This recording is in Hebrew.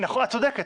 את צודקת,